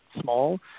small